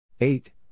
eight